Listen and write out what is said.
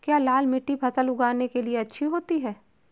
क्या लाल मिट्टी फसल उगाने के लिए अच्छी होती है?